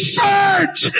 search